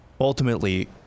ultimately